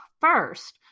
first